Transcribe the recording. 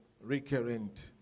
recurrent